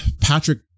Patrick